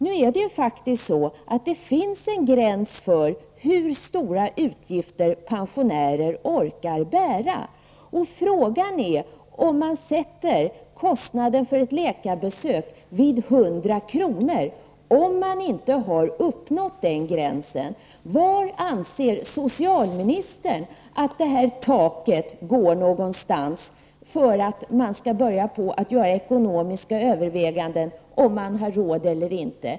Det finns faktiskt en gräns för hur stora utgifter pensionärerna orkar med. Frågan är om man inte har nått gränsen vid 100 kr. för ett läkarbesök. Var anser socialministern att taket går här för att man skall börja göra ekonomiska överväganden för att se om man har råd eller inte?